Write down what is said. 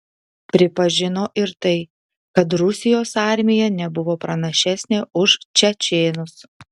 pripažino ir tai kad rusijos armija nebuvo pranašesnė už čečėnus